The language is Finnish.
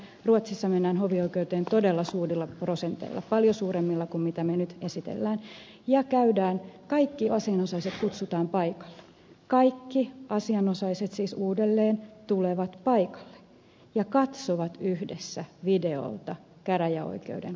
ruotsissa mennään hovioikeuteen todella suurilla prosenteilla paljon suuremmilla kuin mitä me nyt esittelemme ja kaikki asianosaiset kutsutaan paikalle kaikki asianosaiset siis uudelleen tulevat paikalle ja katsovat yhdessä videolta käräjäoikeuden käsittelyn